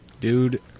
Dude